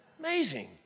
Amazing